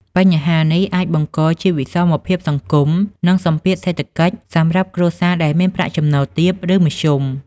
បញ្ហានេះអាចបង្កជាវិសមភាពសង្គម និងសម្ពាធសេដ្ឋកិច្ចសម្រាប់គ្រួសារដែលមានប្រាក់ចំណូលទាប ឬមធ្យម។